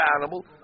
animal